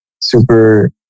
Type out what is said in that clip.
super